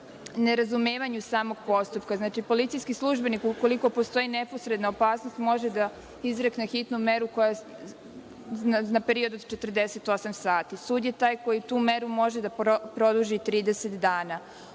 nerazumevanju samog postupka. Znači, policijski službenik ukoliko postoji neposredna opasnost može da izrekne hitnu meru na period od 48 sati. Sud je taj koji tu meru može da produži 30 dana.